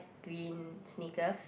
green sneakers